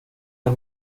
del